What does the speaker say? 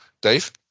Dave